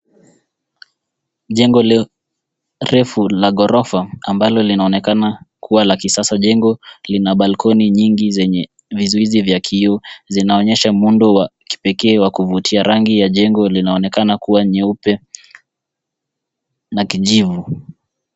Jengo refu la ghorofa ambalo linaonekana kuwa la kisasa. Jengo lina balkoni nyingi zenye vizuizi vya kioo zinaonyesha muundo wa kipekee wa kuvutia. Rangi ya jengo linaonekana kuwa nyeupe na kijivu.